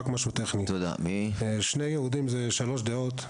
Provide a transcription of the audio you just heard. רק משהו טכני: שני יהודים זה שלוש דעות.